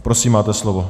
Prosím, máte slovo.